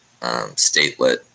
statelet